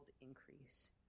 increase